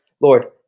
Lord